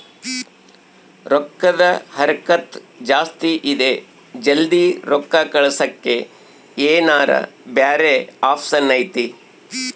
ರೊಕ್ಕದ ಹರಕತ್ತ ಜಾಸ್ತಿ ಇದೆ ಜಲ್ದಿ ರೊಕ್ಕ ಕಳಸಕ್ಕೆ ಏನಾರ ಬ್ಯಾರೆ ಆಪ್ಷನ್ ಐತಿ?